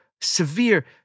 severe